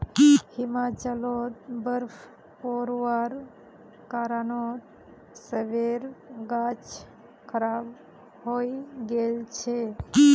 हिमाचलत बर्फ़ पोरवार कारणत सेबेर गाछ खराब हई गेल छेक